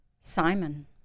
Simon